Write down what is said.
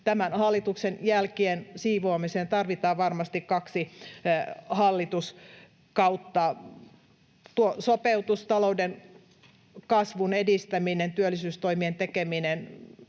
Tämän hallituksen jälkien siivoamiseen tarvitaan varmasti kaksi hallituskautta. Tuo sopeutus, talouden kasvun edistäminen, työllisyystoimien tekeminen